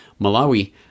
Malawi